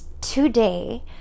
today